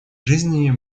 жизни